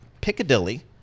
Piccadilly